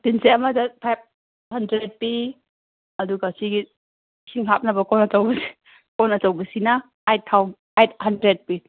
ꯁꯥꯇꯤꯟꯁꯦ ꯑꯃꯗ five hundred ꯄꯤ ꯑꯗꯨꯒ ꯁꯤꯒꯤ ꯏꯁꯤꯡ ꯍꯥꯞꯅꯕ ꯀꯣꯟ ꯑꯆꯧꯕꯁꯦ ꯀꯣꯟ ꯑꯆꯧꯕꯁꯤꯅ ꯑꯥꯏꯠ ꯍꯟꯗ꯭ꯔꯦꯠ ꯄꯤ